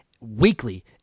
weekly